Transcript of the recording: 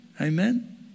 Amen